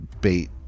bait